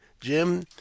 jim